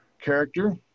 character